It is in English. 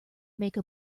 make